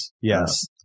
yes